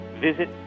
visit